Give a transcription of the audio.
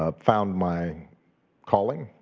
ah found my calling,